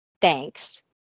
thanks